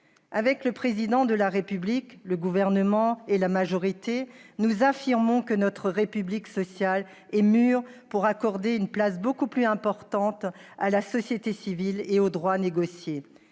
Avec le Président de la République, le Gouvernement et la majorité, nous affirmons que notre République sociale est mûre pour accorder une place beaucoup plus importante à la société civile et au droit « négocié